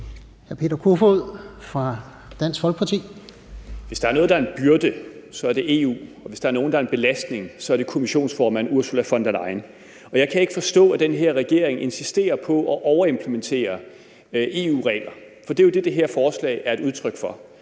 Hvis der er noget, der er en byrde, så er det EU, og hvis der er noget, der er en belastning, så er det kommissionsformand Ursula von der Leyen. Og jeg kan ikke forstå, at den her regering insisterer på at overimplementere EU-regler. For det er jo det, det her forslag er et udtryk for,